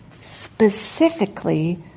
specifically